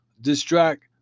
distract